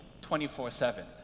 24-7